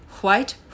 White